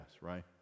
right